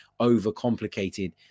overcomplicated